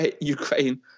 Ukraine